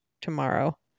tomorrow